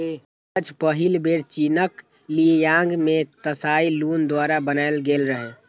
कागज पहिल बेर चीनक ली यांग मे त्साई लुन द्वारा बनाएल गेल रहै